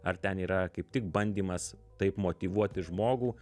ar ten yra kaip tik bandymas taip motyvuoti žmogų